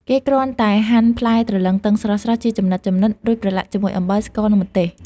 គេគ្រាន់តែហាន់ផ្លែទ្រលឹងទឹងស្រស់ៗ ជាចំណិតៗ រួចប្រឡាក់ជាមួយអំបិល ស្ករ និងម្ទេស។